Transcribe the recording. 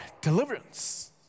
deliverance